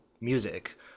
music